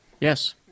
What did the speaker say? Yes